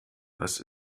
das